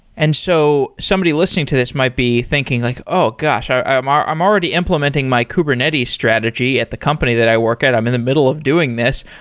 and so somebody listening to this might be thinking like, oh, gosh! um um i'm already implementing my kubernetes strategy at the company that i work at. i'm in the middle of doing this,